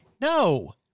no